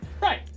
Right